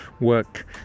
work